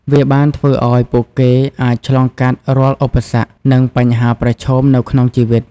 វាបានធ្វើឱ្យពួកគេអាចឆ្លងកាត់រាល់ឧបសគ្គ និងបញ្ហាប្រឈមនៅក្នុងជីវិត។